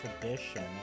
tradition